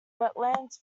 wetlands